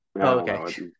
okay